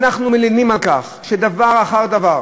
אנחנו מלינים על כך שבדבר אחר דבר